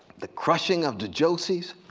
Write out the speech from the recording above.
the crushing of the josies